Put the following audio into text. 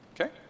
okay